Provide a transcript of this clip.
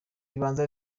ribanza